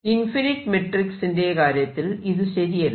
infinite മെട്രിക്സിന്റെ കാര്യത്തിൽ ഇത് ശരിയല്ല